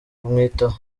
kumwitaho